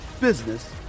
business